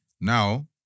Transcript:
Now